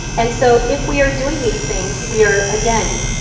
and so if we are doing these things, we are, again,